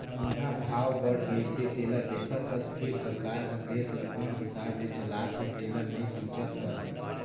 इंहा भाव बड़ गइसे तेला देखत हस फिर सरकार हर देश ल कोन हिसाब ले चलात हे तेला नइ सोचत हस